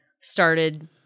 started